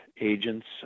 agents